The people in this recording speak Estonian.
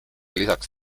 lisaks